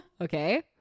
Okay